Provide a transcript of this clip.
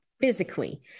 physically